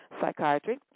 psychiatry